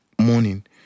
morning